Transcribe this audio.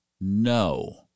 No